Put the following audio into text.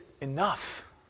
enough